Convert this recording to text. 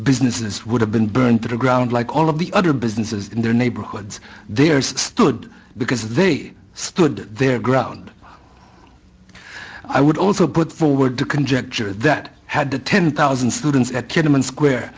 businesses would have been burned to the ground like all of the other businesses in their neighborhoods their stood because they stood their ground i would also put forward to conjecture that had the ten thousand students at kinnaman square